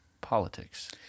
politics